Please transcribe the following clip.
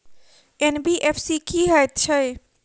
NBFC की हएत छै?